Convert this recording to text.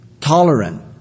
tolerant